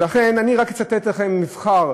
לכן אני רק אצטט לכם בקצרה מבחר,